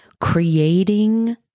creating